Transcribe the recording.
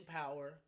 power